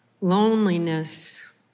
loneliness